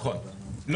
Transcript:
לא,